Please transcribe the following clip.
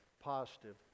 positive